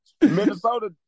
Minnesota